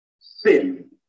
sin